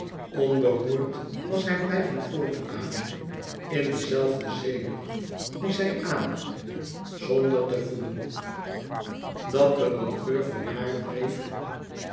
onberoerd was hij blijven voortademen in de zelfde zeelucht die zij ademde zonder te voelen dat er een geur van haar dreef